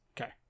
Okay